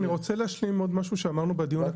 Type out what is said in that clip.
אני רוצה ברשותך להשלים עוד משהו שאמרנו בדיון הקודם.